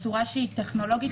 בצורה טכנולוגית,